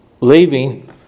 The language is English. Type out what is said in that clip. leaving